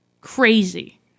Crazy